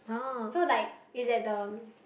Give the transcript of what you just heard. so like is at the